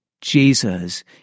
Jesus